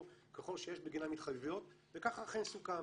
ככל שיש בגינם התחייבויות וכך אכן סוכם.